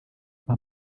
mpa